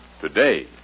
today